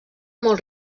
molt